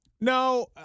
No